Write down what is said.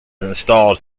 installed